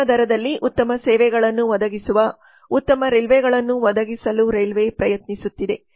ಉತ್ತಮ ದರದಲ್ಲಿ ಉತ್ತಮ ಸೇವೆಗಳನ್ನು ಒದಗಿಸುವ ಉತ್ತಮ ರೈಲುಗಳನ್ನು ಒದಗಿಸಲು ರೈಲ್ವೆ ಪ್ರಯತ್ನಿಸುತ್ತಿದೆ